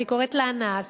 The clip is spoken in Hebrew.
היא קוראת לאנס.